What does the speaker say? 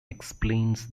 explains